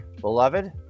beloved